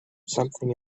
something